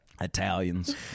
Italians